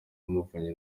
muvunyi